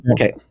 Okay